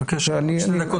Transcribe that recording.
אני מבקש, עוד שתי דקות.